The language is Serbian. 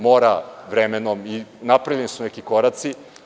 Mora vremenom i napravljeni su neki koraci.